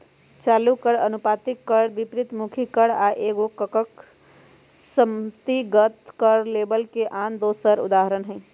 चालू कर, अनुपातिक कर, विपरितमुखी कर आ एगो एकक समष्टिगत कर लेबल के आन दोसर उदाहरण हइ